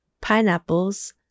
pineapples